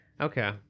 Okay